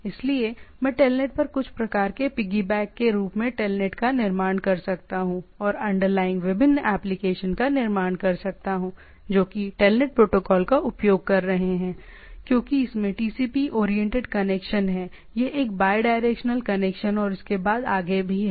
इसलिए मैं टेलनेट पर कुछ प्रकार के पिगबैक के रूप में टेलनेट का निर्माण कर सकता हूं और अंडरलाइनग विभिन्न एप्लीकेशन का निर्माण कर सकता हूं जो कि टेलनेट प्रोटोकॉल का उपयोग कर रहे हैंक्योंकि इसमें TCP ओरिएंटेड कनेक्शन है यह एक बायडायरेक्शनल कनेक्शन और इसके बाद आगे भी है